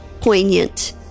poignant